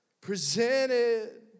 Presented